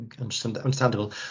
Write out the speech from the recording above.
Understandable